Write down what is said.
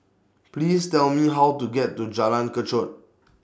Please Tell Me How to get to Jalan Kechot